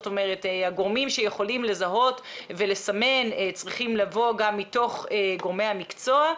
הגורמים שיכולים לזהות ולסמן צריכים לבוא גם מתוך גורמי המקצוע,